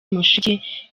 mushiki